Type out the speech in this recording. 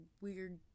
weird